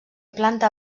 planta